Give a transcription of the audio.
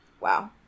wow